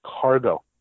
Cargo